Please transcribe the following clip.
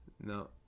No